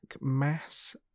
mass